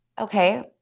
okay